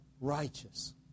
righteous